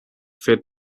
failed